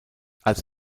als